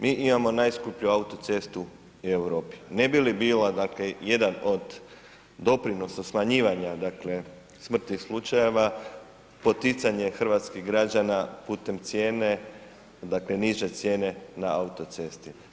Mi imamo najskuplju autocestu u Europi, ne bi li bila dakle jedan od doprinosa smanjivanja dakle smrtnih slučajeva poticanje hrvatskih građana putem cijene, dakle niže cijene na autocesti.